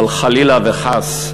אבל חלילה וחס,